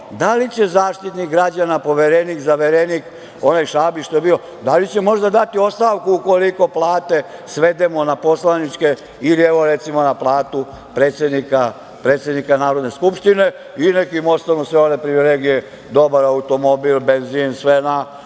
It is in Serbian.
da li će Zaštitnik građana, poverenik, zaverenik, onaj Šabić što je bio, da li će možda dati ostavku ukoliko plate svedemo na poslaničke i, evo, recimo na platu predsednika Narodne skupštine, a neka im ostanu sve one privilegije dobar automobil, benzin, sve na